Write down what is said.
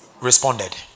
responded